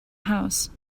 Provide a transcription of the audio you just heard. house